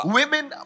women